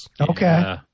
Okay